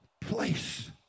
place